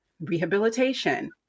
rehabilitation